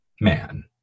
man